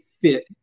fit